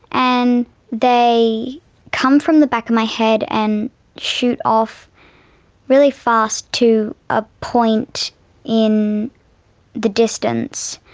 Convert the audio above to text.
and they come from the back of my head and shoot off really fast to a point in the distance.